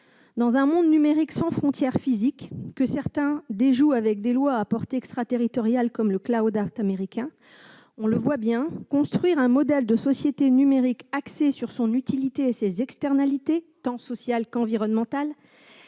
Dans un monde numérique sans frontières physiques, dont certains se jouent avec des lois à portée extraterritoriale, comme le américain, bâtir un modèle de société numérique axé sur son utilité et ses externalités, tant sociales qu'environnementales,